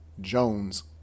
Jones